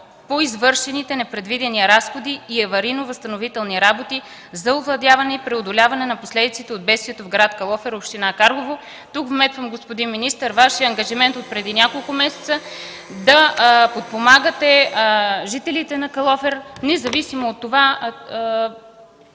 по извършените непредвидени разходи и аварийно-възстановителни работи за овладяване и преодоляване на последиците от бедствието в град Калофер, община Карлово? Тук вметвам, господин министър – Вашият ангажимент отпреди няколко месеца да подпомагате жителите на Калофер, независимо какви